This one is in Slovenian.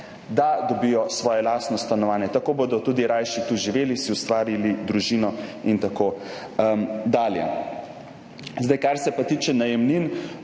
da dobijo svoje lastno stanovanje. Tako bodo tudi rajši tu živeli, si ustvarili družino in tako dalje. Kar se tiče najemnin.